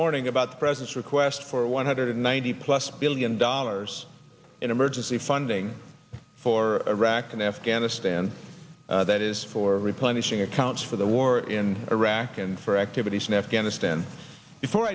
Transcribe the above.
morning about the president's request for one hundred ninety plus billion dollars in emergency funding for iraq and afghanistan that is for replenishing accounts for the war in iraq and for activities in afghanistan before